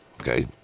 Okay